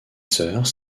sœurs